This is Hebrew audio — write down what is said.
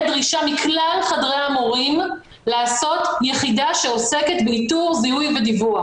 דרישה מכלל חדרי המורים לעשות יחידה שעוסקת באיתור זיהוי ודיווח.